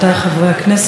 השרים,